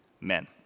men